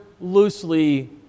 loosely